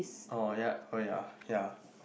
oh yeah oh yeah yeah